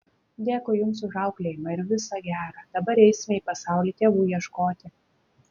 dėkui jums už auklėjimą ir visa gera dabar eisime į pasaulį tėvų ieškoti